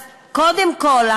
אז קודם כול,